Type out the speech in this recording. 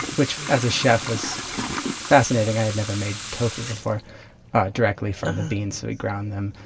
which as a chef was fascinating. i had never made tofu before directly from the beans. we ground them,